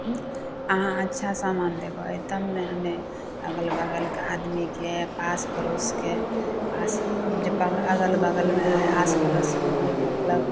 हुँ अहाँ अच्छा समान देबै तब ने हमे अगल बगलके आदमीके पासपड़ोसके पास जे अगल बगलमे हइ आसपड़ोसमे हइ मतलब